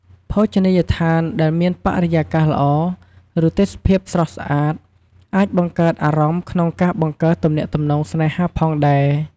ភោជនីយដ្ឋានដែលមានបរិយាកាសល្អ ឬទេសភាពស្រស់ស្អាត អាចបង្កើតអារម្មណ៍ក្នុងការបង្កើតទំនាក់ទំនងស្នេហាផងដែរ។